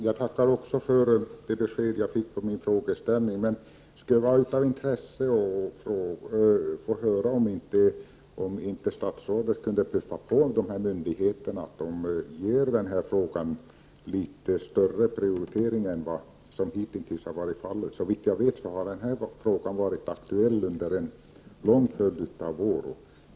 Herr talman! Också jag tackar för det besked som jag fick på min fråga. 25 november 1988 Det kan dock även vara av intresse att få höra om inte statsrådet kunde puffa mys äm spor på myndigheterna, så att de prioriterar denna fråga mera än hittills. Såvitt jag vet har frågan varit aktuell under en lång följd av år.